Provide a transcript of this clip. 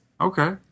Okay